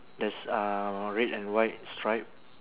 there's uh red and white stripe